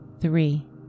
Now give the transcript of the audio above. three